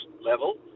level